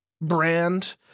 brand